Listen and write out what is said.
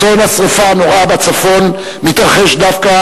אסון השרפה הנורא בצפון מתרחש דווקא